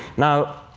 now,